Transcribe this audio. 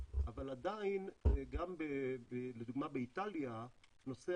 אבל עדיין גם לדוגמה באיטליה נושא